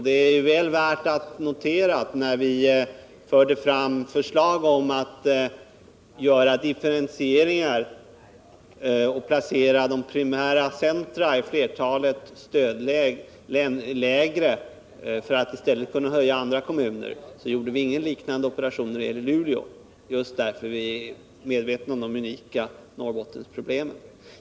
När vi förde fram förslag om att göra differentieringar och placera de primära centra i flertalet stödområden lägre för att i stället kunna höja andra kommuner, är det värt att notera att vi inte gjorde någon liknande operation när det gällde Luleå enbart därför att vi är medvetna om de unika Norrbottenproblemen.